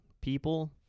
people